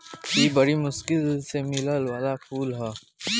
इ बरी मुश्किल से मिले वाला फूल ह